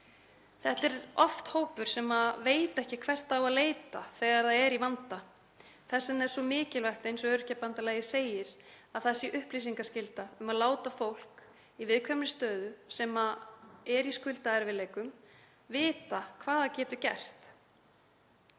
Þetta er oft hópur sem veit ekki hvert á að leita í vanda. Þess vegna er svo mikilvægt, eins og Öryrkjabandalagið segir, að það sé upplýsingaskylda um að láta fólk í viðkvæmri stöðu sem er í skuldaerfiðleikum vita hvað það getur gert.